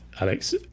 alex